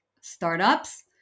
startups